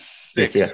Six